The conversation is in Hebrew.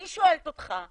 אני שואלת אותך,